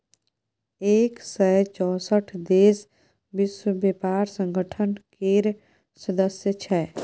एक सय चौंसठ देश विश्व बेपार संगठन केर सदस्य छै